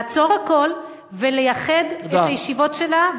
לעצור הכול ולייחד את הישיבות שלה,